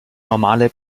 normale